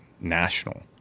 national